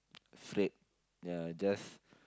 straight ya just